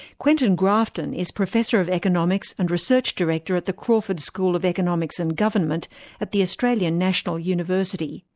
quentin grafton is professor of economics and research director at the crawford school of economics and government at the australian national university.